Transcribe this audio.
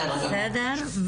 בסדר גמור.